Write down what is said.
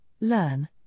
learn